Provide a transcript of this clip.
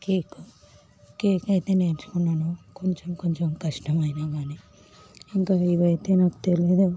cake cake అయితే నేర్చుకున్నాను కొంచెం కొంచెం కష్టం అయినా గానీ ఇంకా ఇవైతే నాకు తెలీదు